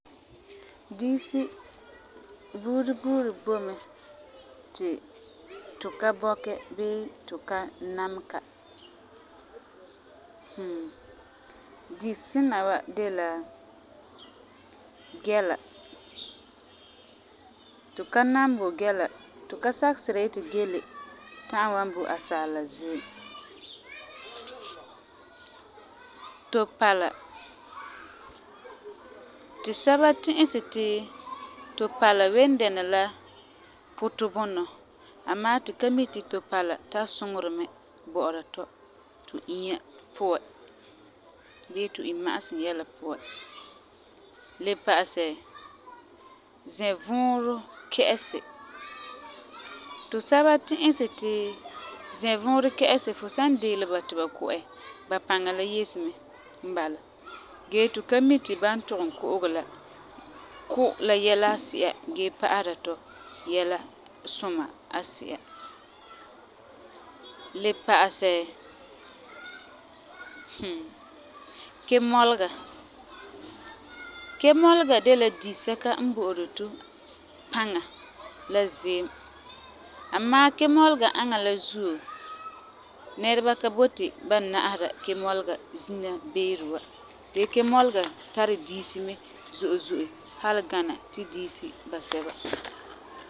diisi buuri buuri boi mɛ ti tu ka bɔkɛ bii ti tu ka namɛ ka. di sina wa de la gɛla. Tu ka nam bo gɛla, tu ka sakɛ sira yeti gele ta'am wan bo asaala ziim. Topala, tu sɛba ti'isɛ ti topala ween dɛna la putɔ bunɔ, amaa tu ka mi ti topala tari suŋerɛ mɛ bɔ'ɔra tu tu inya puan bii tu imma'asum yɛla puan. Le pa'asɛ, zɛvuurɔ kɛ'ɛsi. Tu sɛba ti'isɛ ti zɛvuurɔ kɛ'ɛsi fu san deele ba ti ba ku'ɛ ba paŋa la yese mɛ n bala. gee tu ka mi ti ba n tugum ku'ugɛ la, ku' la yɛla asi'a gee pa'asera tu yɛla suma asi'a. Le pa'asɛ, kemɔlega. kemɔlega de la disɛka n bo'ori tu paŋa la ziim. amaa kemɔlega aŋa la zuo, nɛreba ka boti ba na'asera kemɔlega zina beere wa. Gee kemɔlega tari diisi mɛ zo'e zo'e halu gana tu diisi basɛba.